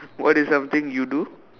what is something you do